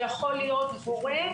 זה יכול להיות הורה,